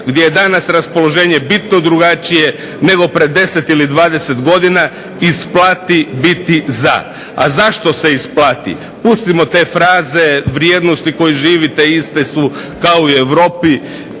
gdje je danas raspoloženje bitno drugačije nego prije 10 ili 20 godina isplati biti za. A zašto se isplati? Pustimo te fraze, vrijednosti koje živite iste su kao i u Europi,